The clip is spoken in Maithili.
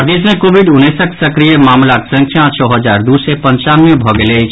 प्रदेश मे कोविड उन्नैसक सक्रिय मामिलाक संख्या छओ हजार दू सय पंचानवे भऽ गेल अछि